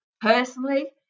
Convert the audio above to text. personally